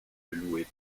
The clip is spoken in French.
loué